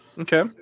Okay